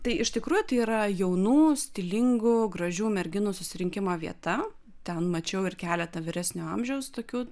tai iš tikrųjų tai yra jaunų stilingų gražių merginų susirinkimo vieta ten mačiau ir keletą vyresnio amžiaus tokių